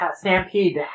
Stampede